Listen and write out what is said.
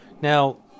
Now